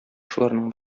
шуларның